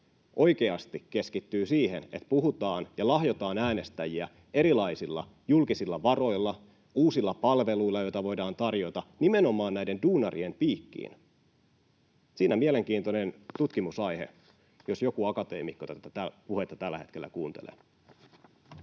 oikeasti keskittyy siihen, että puhutaan ja lahjotaan äänestäjiä erilaisilla julkisilla varoilla, uusilla palveluilla, joita voidaan tarjota nimenomaan näiden duunarien piikkiin. Siinä mielenkiintoinen tutkimusaihe, jos joku akateemikko tätä puhetta tällä hetkellä kuuntele.